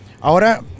ahora